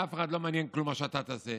לאף אחד לא מעניין כלום, מה שאתה תעשה.